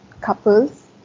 couples